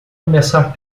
começar